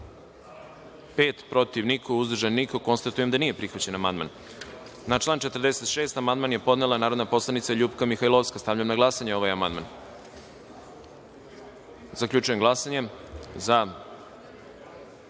protiv – niko, uzdržan – niko. Konstatujem da nije prihvaćen amandman. Na član 46. amandman je podnela narodna poslanica LJupka Mihajlovska. Stavljam na glasanje ovaj amandman. Zaključujem glasanje: